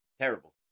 terrible